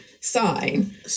sign